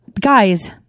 guys